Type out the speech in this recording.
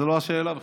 זו לא השאלה בכלל.